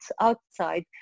outside